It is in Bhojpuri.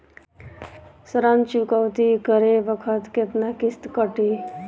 ऋण चुकौती करे बखत केतना किस्त कटी?